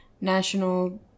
national